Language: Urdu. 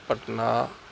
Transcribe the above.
پٹنہ